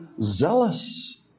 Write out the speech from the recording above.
zealous